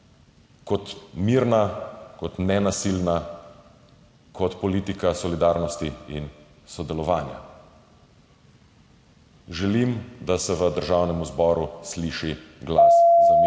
kot mirna, kot nenasilna, kot politika solidarnosti in sodelovanja. Želim, da se v Državnem zboru sliši glas za mir